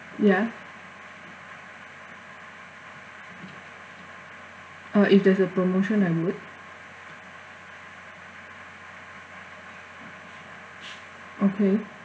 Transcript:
ya uh if there's a promotion I'm good okay